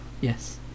Yes